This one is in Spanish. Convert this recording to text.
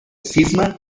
cisma